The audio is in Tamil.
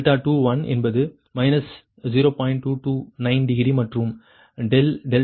229 டிகிரி மற்றும் ∆3 என்பது 0